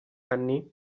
anni